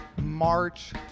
March